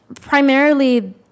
primarily